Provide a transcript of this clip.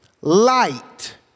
light